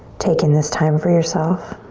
taken this time for yourself.